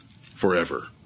forever